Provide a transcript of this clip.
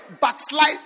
Backslide